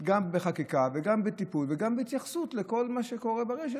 גם בחקיקה וגם בטיפול וגם בהתייחסות לכל מה שקורה ברשת,